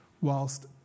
whilst